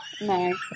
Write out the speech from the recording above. No